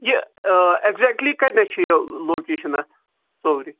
یہِ آ ایٚگزیکٹلی کَتنٮ۪س چھِ یہِ لوکیشَن اَتھ صورِ